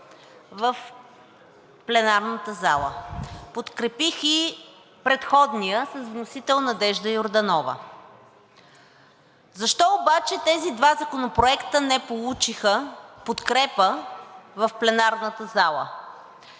в пленарната зала. Подкрепих и предходния с вносител Надежда Йорданова. Защо обаче тези законопроекти не получиха подкрепа в пленарната зала?